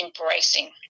embracing